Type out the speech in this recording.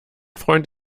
freund